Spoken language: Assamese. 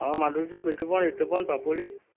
অঁ মাধুৰ্য্য বিতোপন ঋতুপন পাপৰি